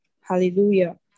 Hallelujah